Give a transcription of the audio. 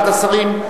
אחד השרים,